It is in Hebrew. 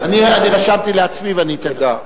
אני רשמתי לעצמי ואני אתן לך.